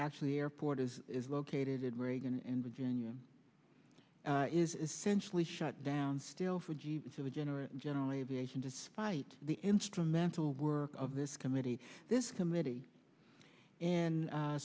actually airport is is located reagan in virginia is essentially shut down still for g to the general general aviation despite the instrumental work of this committee this committee and